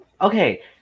okay